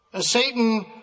Satan